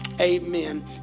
amen